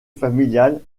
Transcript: familial